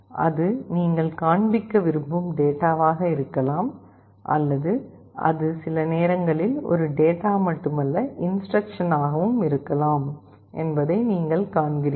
அது நீங்கள் காண்பிக்க விரும்பும் டேட்டாவாக இருக்கலாம் அல்லது அது சில நேரங்களில் ஒரு டேட்டா மட்டுமல்ல இன்ஸ்டிரக்க்ஷனாகவும் இருக்கலாம் என்பதை நீங்கள் காண்கிறீர்கள்